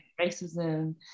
racism